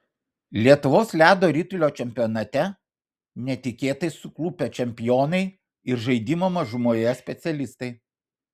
lietuvos ledo ritulio čempionate netikėtai suklupę čempionai ir žaidimo mažumoje specialistai